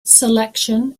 selection